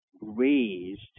raised